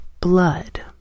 blood